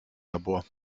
labor